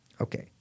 Okay